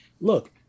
Look